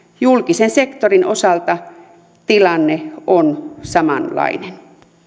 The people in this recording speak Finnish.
julkisen sektorin osalta tilanne on samanlainen